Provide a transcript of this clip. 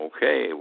Okay